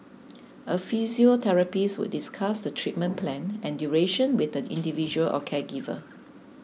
a physiotherapist would discuss the treatment plan and duration with the individual or caregiver